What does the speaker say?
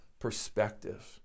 perspective